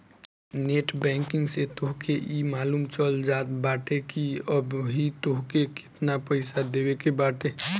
net banking से तोहके इ मालूम चल जात बाटे की अबही तोहके केतना पईसा देवे के बाटे